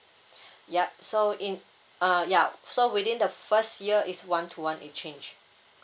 yup so in uh ya so within the first year is one to one exchange